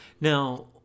Now